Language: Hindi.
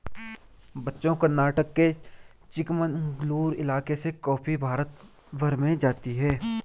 बच्चों कर्नाटक के चिकमंगलूर इलाके से कॉफी भारत भर में जाती है